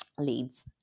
leads